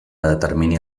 determini